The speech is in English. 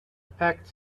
packed